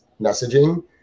messaging